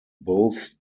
both